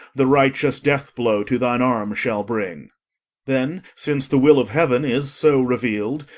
the righteous death-blow to thine arm shall bring then, since the will of heaven is so revealed,